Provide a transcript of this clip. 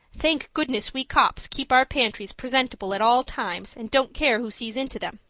thank goodness, we copps keep our pantries presentable at all times and don't care who sees into them.